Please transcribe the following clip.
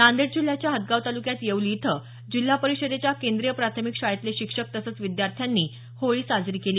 नांदेड जिल्ह्याच्या हदगाव तालुक्यात येवली इथं जिल्हा परिषदेच्या केंद्रीय प्राथमिक शाळेतले शिक्षक तसंच विद्यार्थी यांनी अशाच प्रकारे होळी साजरी केली